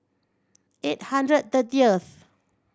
eight hundred thirtieth